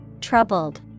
Troubled